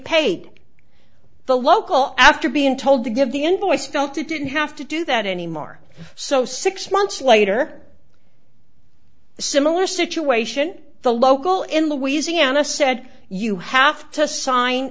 paid the local after being told to give the invoice felt he didn't have to do that anymore so six months later a similar situation the local in louisiana said you have to sign